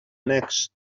annex